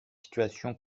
situation